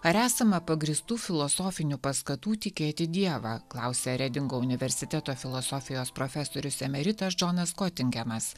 ar esama pagrįstų filosofinių paskatų tikėti dievą klausia redingo universiteto filosofijos profesorius emeritas džonas kotingemas